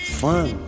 fun